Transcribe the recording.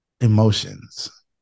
emotions